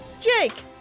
Jake